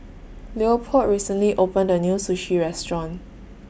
Leopold recently opened A New Sushi Restaurant